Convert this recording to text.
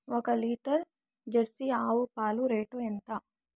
ఒక litre jersey ఆవు పాలు రేటు ఎంత?